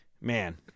man